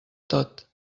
tot